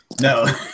No